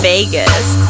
Vegas